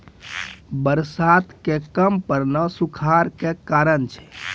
बरसात के कम पड़ना सूखाड़ के कारण छै